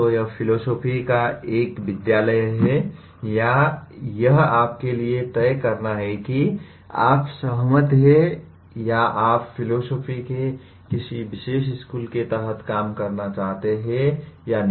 तो यह फिलोसोफी का एक विद्यालय है या यह आपके लिए तय करना है कि आप सहमत हैं या आप फिलोसोफी के किसी विशेष स्कूल के तहत काम करना चाहते हैं या नहीं